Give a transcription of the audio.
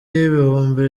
y’ibihumbi